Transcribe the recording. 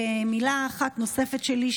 ומילה אחת נוספת שלי,